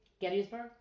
Gettysburg